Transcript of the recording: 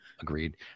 Agreed